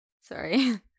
Sorry